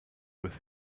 with